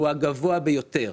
הוא הגבוה ביותר.